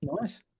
Nice